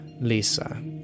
Lisa